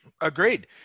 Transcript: Agreed